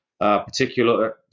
particular